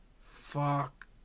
Fuck